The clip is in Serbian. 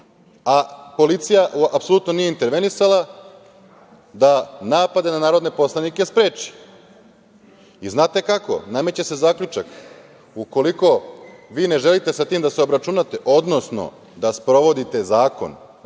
događaja. Policija apsolutno nije intervenisala da napade na narodne poslanike spreči. Znate kako? Nameće se zaključak - ukoliko vi ne želite sa tim da se obračunate, odnosno da sprovodite zakon